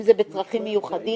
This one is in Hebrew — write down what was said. אם זה בצרכים מיוחדים,